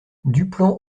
duplan